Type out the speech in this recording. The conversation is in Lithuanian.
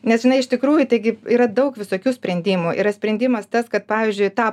nes žinai iš tikrųjų taigi yra daug visokių sprendimų yra sprendimas tas kad pavyzdžiui tą